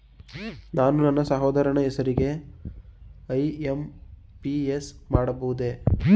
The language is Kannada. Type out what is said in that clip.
ನಾನು ನನ್ನ ಸಹೋದರನ ಹೆಸರಿಗೆ ಐ.ಎಂ.ಪಿ.ಎಸ್ ಮಾಡಬಹುದೇ?